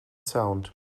sound